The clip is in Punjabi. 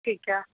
ਠੀਕ ਆ